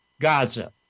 Gaza